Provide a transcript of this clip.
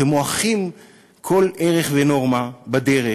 אתם מועכים כל ערך ונורמה בדרך.